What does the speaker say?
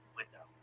window